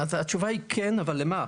התשובה היא כן, אבל על מה?